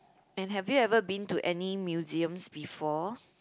and have you ever been to any museums before